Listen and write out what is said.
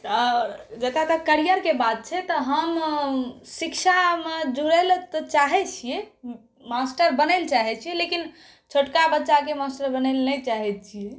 आओर जतऽ तक करियरके बात छै तऽ हम शिक्षामे जुड़ैलए तऽ चाहै छिए मास्टर बनैलए चाहै छिए लेकिन छोटका बच्चाके मास्टर बनैलए नहि चाहै छिए